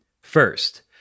First